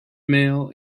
mail